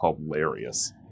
hilarious